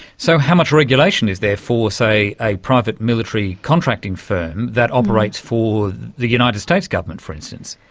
so how much regulation is there for, say, a private military contracting firm that operates for the united states government, for instance?